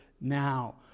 now